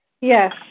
Yes